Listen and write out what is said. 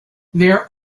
there